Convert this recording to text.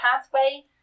pathway